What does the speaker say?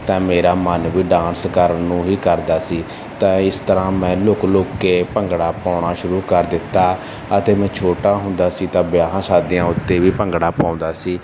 ਤਾਂ ਮੇਰਾ ਮਨ ਵੀ ਡਾਂਸ ਕਰਨ ਨੂੰ ਹੀ ਕਰਦਾ ਸੀ ਤਾਂ ਇਸ ਤਰ੍ਹਾਂ ਮੈਂ ਲੁਕ ਲੁਕ ਕੇ ਭੰਗੜਾ ਪਾਉਣਾ ਸ਼ੁਰੂ ਕਰ ਦਿੱਤਾ ਅਤੇ ਮੈਂ ਛੋਟਾ ਹੁੰਦਾ ਸੀ ਤਾਂ ਵਿਆਹਾਂ ਸ਼ਾਦੀਆਂ ਉੱਤੇ ਵੀ ਭੰਗੜਾ ਪਾਉਂਦਾ ਸੀ